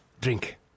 Drink